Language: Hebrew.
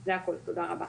זה הכול, תודה רבה.